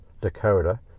Dakota